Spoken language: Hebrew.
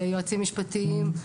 יועצים משפטיים.